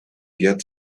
get